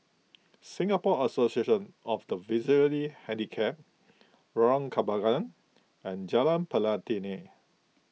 Singapore Association of the Visually Handicapped Lorong Kembangan and Jalan Pelatina